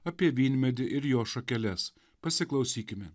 apie vynmedį ir jo šakeles pasiklausykime